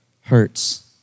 hurts